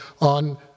on